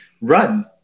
run